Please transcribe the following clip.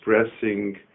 expressing